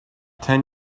ten